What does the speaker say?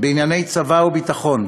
בענייני צבא וביטחון,